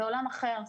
זה עולם אחר,